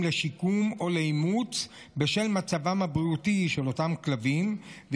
ששטחן מצוי בטווח של עד 20 ק"מ מגדר המערכת המקיפה